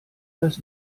das